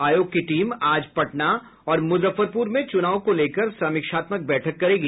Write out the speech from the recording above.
आयोग की टीम आज पटना और मुजफ्फरपुर में चुनाव को लेकर समीक्षात्मक बैठक करेगी